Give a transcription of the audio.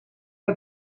dat